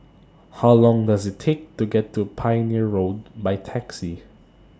How Long Does IT Take to get to Pioneer Road By Taxi